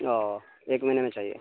ا ایک مہینے میں چاہیے